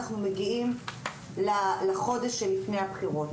אנחנו מגיעים לחודש שלפני הבחירות.